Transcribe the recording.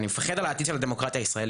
אני מפחד על העתיד של הדמוקרטיה הישראלית,